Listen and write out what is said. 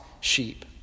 sheep